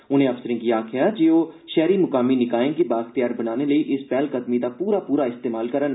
उनें अफसरें गी आखेआ जे ओह शैहरी मुकामी निकाएं गी बाअख्तियार बनाने लेई इस पैहलकदमी दा पूरा पूरा इस्तेमाल करन